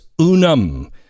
unum